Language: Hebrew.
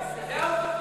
הוא היה אופוזיציה.